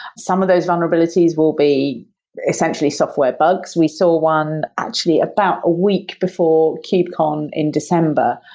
some of those vulnerabilities will be essentially software bugs. we saw one actually about a week before kubecon in december.